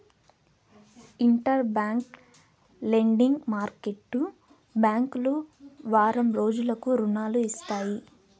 inter bank lending market బ్యాంకులు వారం రోజులకు రుణాలు ఇస్తాయి